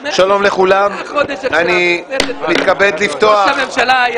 שלום לכולם, אני מתכבד לפתוח את